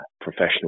professional